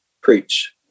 preach